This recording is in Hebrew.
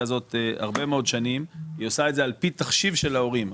הזאת הרבה מאוד שנים והיא עושה את זה על פי תחשיב של ההורים,